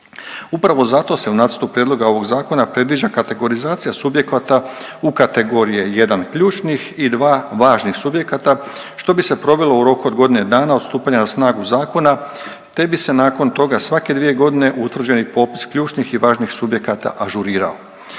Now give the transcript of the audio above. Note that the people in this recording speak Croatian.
Upravo zato se u Nacrtu prijedloga ovog zakona predviđa kategorizacija subjekata u kategorije jedan ključnih i dva važnih subjekata što bi se provelo u roku od godine dana od stupanja na snagu zakona, te bi se nakon toga svake godine utvrđeni popis ključnih i važnih subjekata ažurirao.